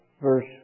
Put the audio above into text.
verse